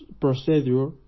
procedure